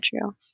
true